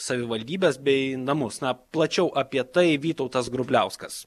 savivaldybes bei namus na plačiau apie tai vytautas grubliauskas